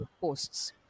posts